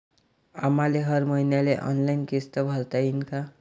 आम्हाले हर मईन्याले ऑनलाईन किस्त भरता येईन का?